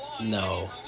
No